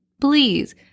please